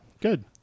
Good